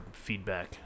Feedback